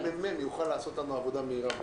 אולי הממ"מ יוכל לעשות לנו עבודה מהירה בעניין.